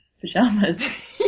pajamas